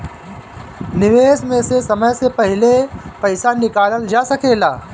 निवेश में से समय से पहले पईसा निकालल जा सेकला?